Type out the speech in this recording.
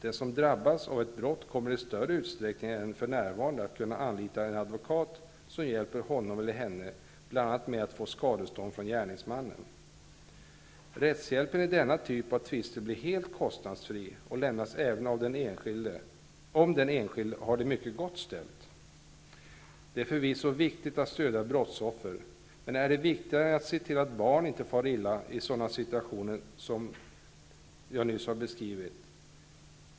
Den som drabbas av ett brott kommer i större utsträckning än för närvarande att kunna anlita en advokat som hjälper honom eller henne bl.a. med att få skadestånd från gärningsmannen. Rättshjälpen i denna typ av tvister blir helt kostnadsfri och lämnas även om den enskilde har det mycket gott ställt. Det är förvisso viktigt att stödja brottsoffer. Men är det viktigare än att se till att barn inte far illa i sådana situationer som jag nyss har beskrivit?